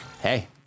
Hey